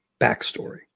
backstory